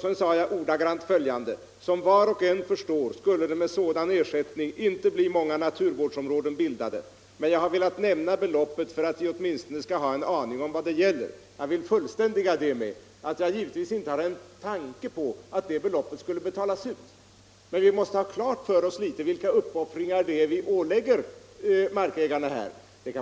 Sedan sade jag ordagrant följande: ”Som var och en förstår, skulle det med sådan ersättning inte bli många naturvårdsområden bildade, men jag har velat nämna beloppet för att vi åtminstone skall ha en aning om vad det gäller.” Jag vill fullständiga det med att säga att jag givetvis inte har en tanke på att det beloppet skulle betalas ut. Men vi måste ha klart för oss vilka uppoffringar det är vi ålägger markägarna. Det